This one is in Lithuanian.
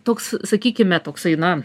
toks sakykime toksai na